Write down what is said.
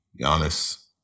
Giannis